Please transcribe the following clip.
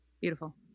Beautiful